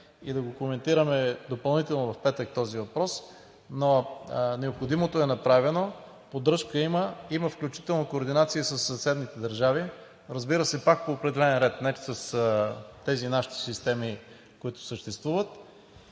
и да го коментираме допълнително в петък този въпрос, но необходимото е направено – поддръжка има. Координация има включително със съседните държави. Разбира се, пак по определен ред, а не с нашите системи, които съществуват.